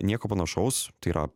nieko panašaus tai yra